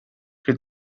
que